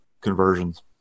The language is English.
conversions